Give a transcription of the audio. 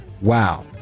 Wow